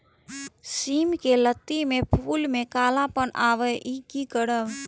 सिम के लत्ती में फुल में कालापन आवे इ कि करब?